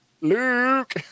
Luke